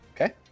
okay